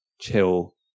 chill